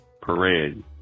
Parade